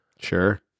Sure